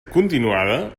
continuada